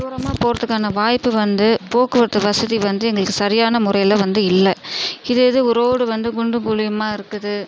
தூரமாக போகிறதுக்கான வாய்ப்பு வந்து போக்குவரத்து வசதி வந்து எங்களுக்கு சரியான முறையில் வந்து இல்லை இதே இது ரோடு வந்து குண்டும் குழியுமாக இருக்குது